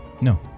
No